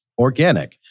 organic